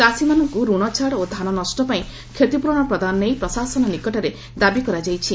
ଚାଷୀମାନଙ୍କୁ ଋଣଛାଡ଼ ଓ ଧାନ ନଷ୍ଟପାଇଁ କ୍ଷତିପୂରଣ ପ୍ରଦାନ ନେଇ ପ୍ରଶାସନ ନିକଟରେ ଦାବି କରାଯାଇଛି